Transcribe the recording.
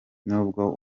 nubwo